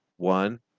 One